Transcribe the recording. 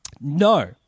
No